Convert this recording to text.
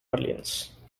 orleans